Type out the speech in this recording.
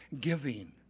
Giving